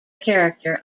character